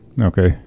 Okay